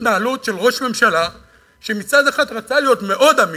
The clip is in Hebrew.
התנהלות של ראש ממשלה שמצד אחד רצה להיות מאוד אמיץ,